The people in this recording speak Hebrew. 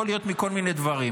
יכול להיות מכל מיני דברים,